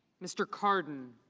mr. cardin.